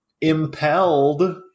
impelled